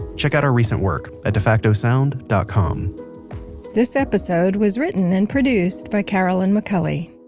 check out our recent work at defactosound dot com this episode was written and produced by carolyn mcculley.